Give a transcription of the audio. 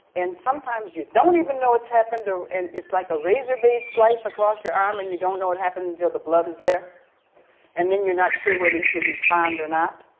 and sometimes you don't even know it's happened. and it's like a razor blade slice across your arm and you don't know it happened until the blood is there and then you're not sure whether you should respond or not.